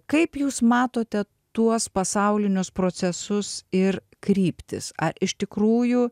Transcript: kaip jūs matote tuos pasaulinius procesus ir kryptis ar iš tikrųjų